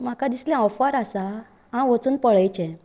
म्हाका दिसले ऑफर आसा हांव वचून पळयचें